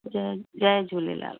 जय जय झूलेलाल